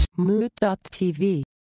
Mood.tv